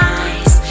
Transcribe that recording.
eyes